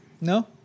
No